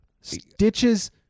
Stitches